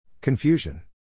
Confusion